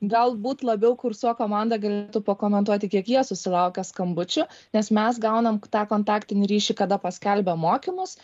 galbūt labiau kursuo komanda galėtų pakomentuoti kiek jie susilaukia skambučių nes mes gaunam tą kontaktinį ryšį kada paskelbia mokymus